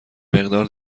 مقدار